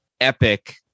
epic